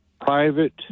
private